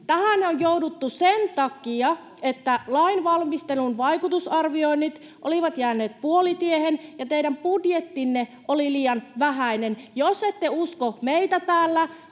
Tähän on jouduttu sen takia, että lainvalmistelun vaikutusarvioinnit olivat jääneet puolitiehen ja teidän budjettinne oli liian vähäinen. Jos ette usko meitä täällä,